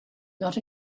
not